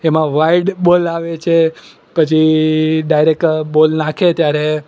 એમાં wide ball આવે છે પછી ડાયરેક બોલ નાખે ત્યારે